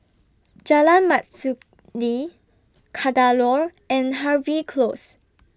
Jalan Mastuli Kadaloor and Harvey Close